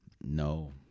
No